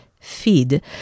feed